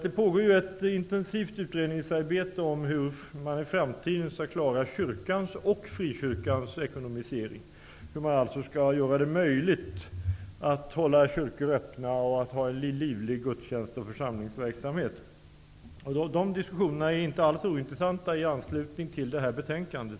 Det pågår ett intensivt utredningsarbete om hur man i framtiden skall kunna klara kyrkans och frikyrkans ekonomisering, dvs. hur man skall göra det möjligt att hålla kyrkor öppna och ha en livlig gudtjänst och församlingsverksamhet. Dessa diskussioner är ju inte alls ointressanta i anslutning till detta betänkande.